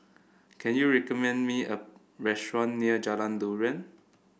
can you recommend me a restaurant near Jalan Durian